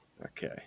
Okay